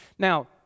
Now